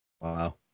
Wow